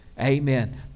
amen